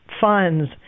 funds